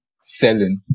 selling